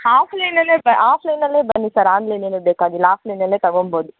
ಆಫ್ಲೈನಲ್ಲೇ ಬ ಆಫ್ಲೈನಲ್ಲೇ ಬನ್ನಿ ಸರ್ ಆನ್ಲೈನ್ ಏನು ಬೇಕಾಗಿಲ್ಲ ಆಫ್ಲೈನಲ್ಲೇ ತಗೋಬೋದು